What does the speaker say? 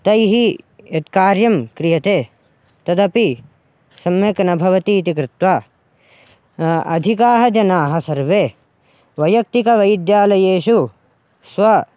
तैः यत् कार्यं क्रियते तदपि सम्यक् न भवति इति कृत्वा अधिकाः जनाः सर्वे वैयक्तिकवैद्यालयेषु स्व